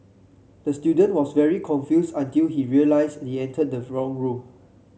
the student was very confused until he realised he entered the wrong room